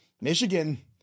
Michigan